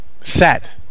set